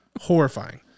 Horrifying